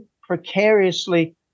precariously